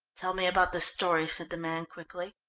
tell me about the story, said the man quickly.